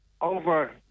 Over